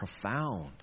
profound